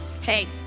Hey